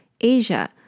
Asia